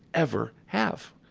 ever have.